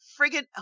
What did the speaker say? friggin